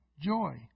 joy